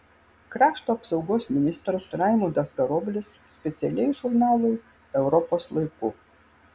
krašto apsaugos ministras raimundas karoblis specialiai žurnalui europos laiku